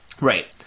Right